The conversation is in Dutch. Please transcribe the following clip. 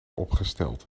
opgesteld